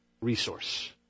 resource